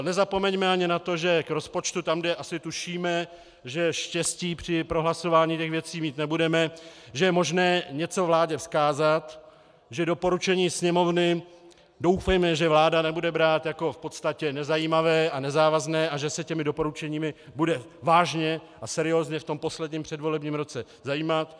Nezapomeňme ani na to, že k rozpočtu, tam, kde asi tušíme, že štěstí při prohlasování těch věcí mít nebudeme, je možné něco vládě vzkázat, že doporučení Sněmovny, doufejme, vláda nebude brát jako v podstatě nezajímavé a nezávazné a že se těmi doporučeními bude vážně a seriózně v tom posledním předvolebním roce zabývat.